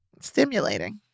Stimulating